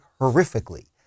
horrifically